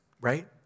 right